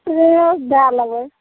हुँ दै लेबै